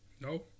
No